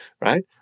right